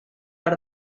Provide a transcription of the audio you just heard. out